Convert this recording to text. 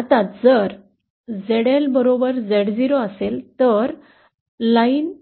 आता जर ZLZ0 च्या बरोबरीने असेल तर लाइन